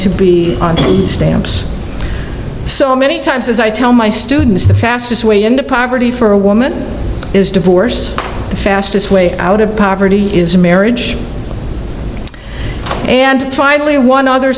to be on stamps so many times as i tell my students the fastest way into poverty for a woman is to force the fastest way out of poverty is marriage and finally one other